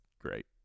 great